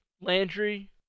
Landry